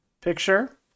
picture